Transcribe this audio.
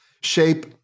shape